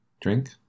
drink